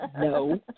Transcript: no